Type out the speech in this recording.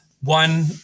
one